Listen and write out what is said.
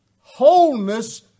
wholeness